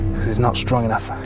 because it's not strong enough.